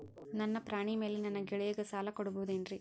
ನನ್ನ ಪಾಣಿಮ್ಯಾಲೆ ನನ್ನ ಗೆಳೆಯಗ ಸಾಲ ಕೊಡಬಹುದೇನ್ರೇ?